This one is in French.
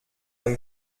même